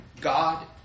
God